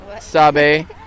sabe